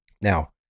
Now